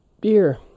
beer